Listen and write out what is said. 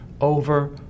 over